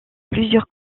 plusieurs